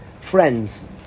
Friends